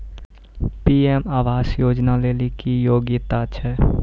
PM आवास योजना लेली की योग्यता छै?